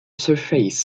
surface